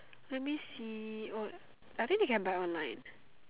let me see wait I think they can buy online